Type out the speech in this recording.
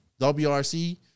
WRC